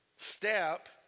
Step